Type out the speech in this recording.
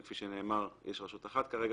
וכפי שנאמר יש רשות אחת כרגע